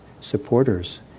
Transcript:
supporters